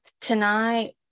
tonight